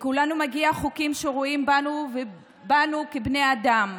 לכולנו מגיע חוקים שרואים בנו בני אדם,